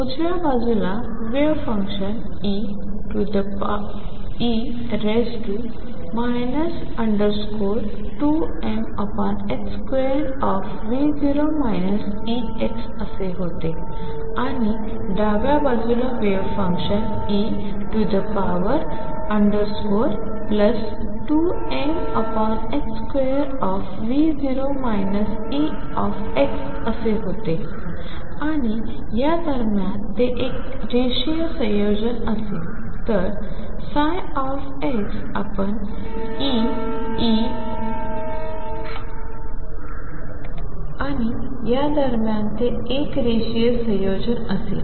उजव्या बाजूला wave function e 2m2V0 Ex असे होते आणि डाव्या बाजूला वेव्ह फंक्शन e2m2V0 Ex असे होते आणि या दरम्यान ते एक रेषीय संयोजन असेल